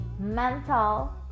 mental